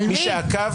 על מי?